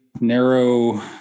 narrow